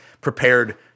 prepared